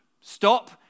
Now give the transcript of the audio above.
Stop